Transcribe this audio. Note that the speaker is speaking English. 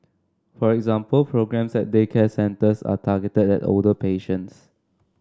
for example programmes at daycare centres are targeted at older patients